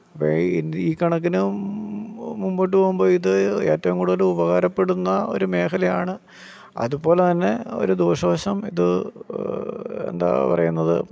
അപ്പം ഈ ഇന് ഈ കണക്കിന് മു മുൻപോട്ട് പോകുമ്പം ഇത് ഏറ്റവും കൂടുതലുപകാരപ്പെടുന്ന ഒരു മേഖലയാണ് അതുപോലെതന്നെ ഒരു ദോഷവശം ഇത് എന്താ പറയുന്നത്